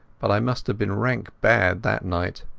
but i must have been rank bad that night.